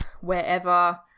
wherever